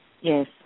Yes